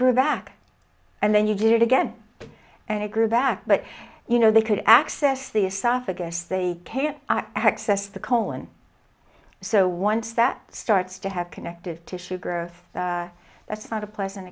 group back and then you did it again and it grew back but you know they could access the esophagus they care access the colon so once that starts to have connective tissue growth that's not a pleasant